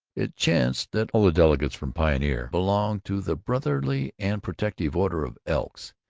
it chanced that all the delegates from pioneer belonged to the brotherly and protective order of elks,